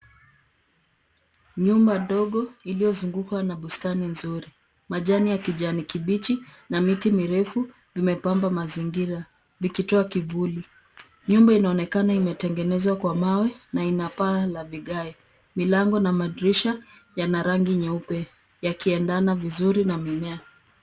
Nyumba ndogo iliyozungukwa na bustani nzuri. Majani ya kijani kibichi na miti mirefu vimepamba mazingira, vikitoa kivuli. Nyumba inaonekana imetengenezwa kwa mawe na ina paa la vigae. Milango na madirisha yana rangi nyeupe yakiendana vizuri na mimea.